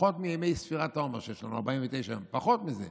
פחות מימי ספירת העומר שיש לנו, 49 יום, פחות מזה.